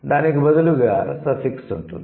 దానికి బదులుగా సఫిక్స్ ఉంటుంది